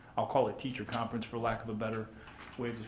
i'll call it teacher conference for lack of a better way to,